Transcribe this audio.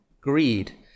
greed